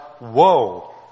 woe